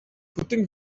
putting